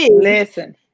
Listen